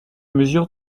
mesure